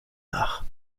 nach